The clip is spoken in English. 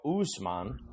Usman